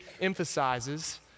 emphasizes